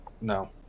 No